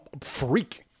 freak